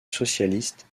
socialiste